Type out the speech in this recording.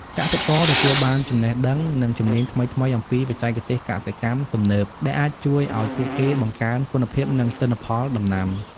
កសិករទទួលបានចំណេះដឹង និងជំនាញថ្មីៗអំពីបច្ចេកទេសកសិកម្មទំនើប ដែលអាចជួយឱ្យពួកគេបង្កើនគុណភាព និងទិន្នផលដំណាំ។